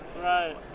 Right